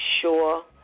sure